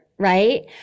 right